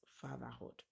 fatherhood